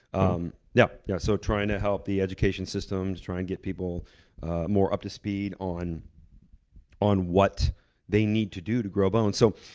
um yeah yeah so trying to help the education systems, trying to get people more up to speed on on what they need to do to grow bones. so,